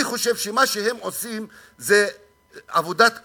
אני חושב שמה שהם עושים זה עבודת קודש.